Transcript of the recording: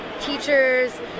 teachers